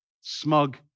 Smug